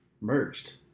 merged